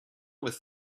with